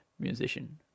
Musician